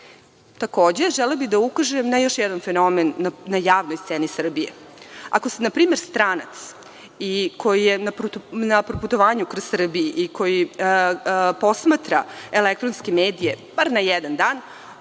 telima. Takođe, želela bih da ukažem na još jedan fenomen na javnoj sceni Srbiji. Ako ste npr. stranac koji je na proputovanju kroz Srbiju i koji posmatra elektronske medije bar na jedan dan,